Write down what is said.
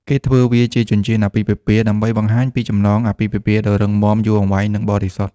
គេធ្វើវាជា ចិញ្ចៀនអាពាហ៍ពិពាហ៍ដើម្បី បង្ហាញពីចំណងអាពាហ៍ពិពាហ៍ដ៏រឹងមាំ យូរអង្វែង និងបរិសុទ្ធ។